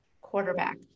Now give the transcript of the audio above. quarterback